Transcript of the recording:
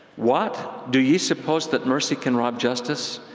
what, do ye suppose that mercy can rob justice?